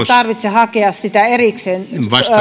tarvitse hakea sitä erikseen